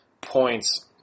points